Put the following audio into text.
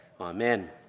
Amen